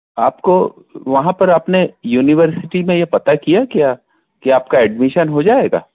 आपको वहाँ पर अपने यूनिवर्सिटी में ये पता किया क्या की आप का ऐडमिशन हो जाएगा